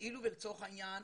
כאילו ולצורך העניין,